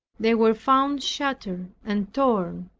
they were found shattered and torn,